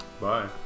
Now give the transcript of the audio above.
bye